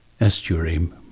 Estuary